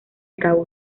cabo